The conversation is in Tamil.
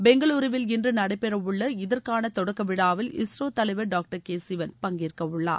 பெங்களூருவில் இன்று நடைபெற உள்ள இதற்கான தொடக்க விழாவில் இஸ்ரோ தலைவர் டாக்டர் கே சிவன் பங்கேற்க உள்ளார்